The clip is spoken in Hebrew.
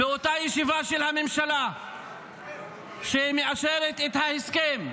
באותה ישיבה של הממשלה שמאשרת את ההסכם,